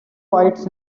fights